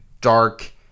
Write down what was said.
dark